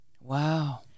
Wow